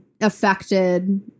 affected